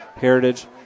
Heritage